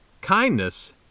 Kindness